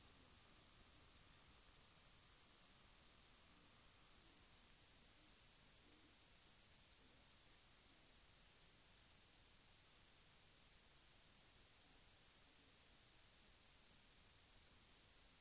Det senare är, herr talman, ett problem som måste angripas på många andra sätt i samhället.